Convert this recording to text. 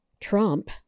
Trump